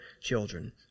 children